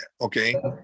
okay